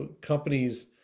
companies